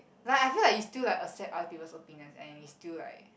like I feel like you still like accept other people's opinions and you still like